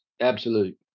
absolute